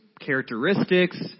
characteristics